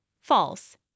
False